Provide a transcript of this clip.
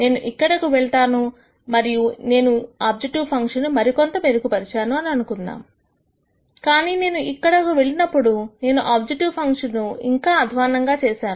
నేను ఇక్కడ కు వెళ్లాను మరియు నేను ఆబ్జెక్టివ్ ఫంక్షన్ ను మరి కొంత మెరుగుపరిచాను అని అనుకుందాం కానీ నేను ఇక్కడికి వెళ్ళినప్పుడు నేను ఆబ్జెక్టివ్ ఫంక్షన్ ను ఇంకా అద్వాన్నంగా చేశాను